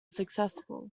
successful